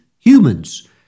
humans